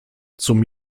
zum